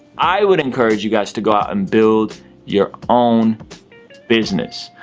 i would encourage you guys to go out and build your own business.